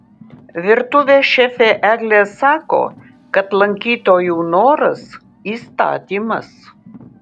virtuvės šefė eglė sako kad lankytojų noras įstatymas